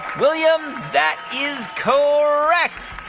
william, that is correct.